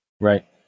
Right